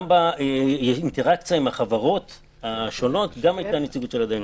גם באינטראקציה עם החברות השונות גם היתה נציגות של הדיינים.